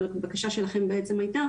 אבל הבקשה שלכם בעצם הייתה